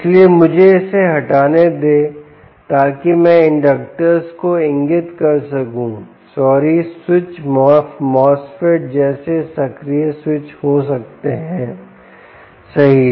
इसलिए मुझे इसे हटाने दे ताकि मैं इंडक्टर्स को इंगित कर सकूं सॉरी स्विच MOSFETs जैसे सक्रिय स्विच हो सकते हैं सही